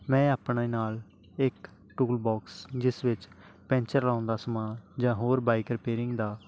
ਮੈਂ ਆਪਣੇ ਨਾਲ ਇੱਕ ਟੂਲ ਬਾਕਸ ਜਿਸ ਵਿੱਚ ਪੈਂਚਰ ਲਗਾਉਣ ਦਾ ਸਮਾਨ ਜਾਂ ਹੋਰ ਬਾਈਕ ਰਪੇਰਿੰਗ ਦਾ